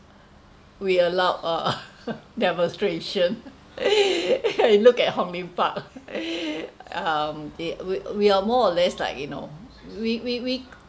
we allowed uh demonstration you look at Hong-Lim park um it we we are more or less like you know we we we